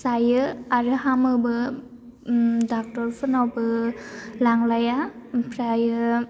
जायो आरो हामोबो डाक्टार फोरनावबो लांलाया ओमफ्राय